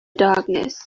darkness